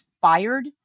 fired